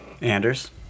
Anders